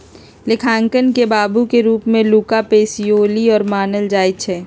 लेखांकन के बाबू के रूप में लुका पैसिओली के मानल जाइ छइ